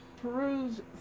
peruse